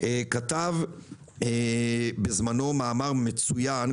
כתב בזמנו מאמר מצוין,